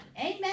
Amen